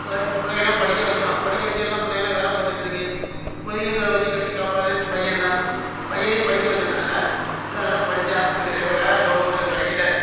வர இப்போ பிள்ளைங்கெல்லாம் படிக்க வச்சோம் படிக்க வச்சு எல்லா பிள்ளைகளும் வேலை பார்த்துக்கிட்ருக்கு இப்போதைக்கி எங்களை வச்சி கச்சி காப்பாற்றுறது பையன் தான் பையனையும் படிக்க வச்சேன் நல்லா பிள்ள நல்லா படித்தான் அதுக்குத்தகுந்த வேலை கவர்மெண்டில் கிடைக்கல